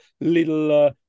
little